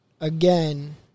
Again